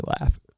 laugh